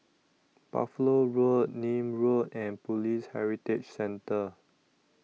Buffalo Road Nim Road and Police Heritage Centre